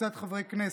וקבוצת חברי הכנסת.